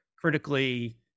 critically